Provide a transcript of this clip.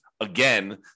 again